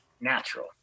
natural